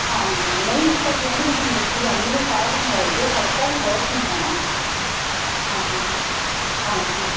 ਹਾਂਜੀ ਨਹੀਂ ਨਿਕਲਦੀ ਆਂਟੀ ਮੈਂ ਤੁਹਾਨੂੰ ਦੱਸੀ ਜਾਂਦੀ ਹਾਂ ਵੀ ਠਾਹ ਦੇਣੀ ਵੱਜਦੀ ਆ ਖੜਕਾ ਵੀ ਬਹੁਤ ਹੁੰਦਾ ਨਾ ਹਾਂ ਹਾਂਜੀ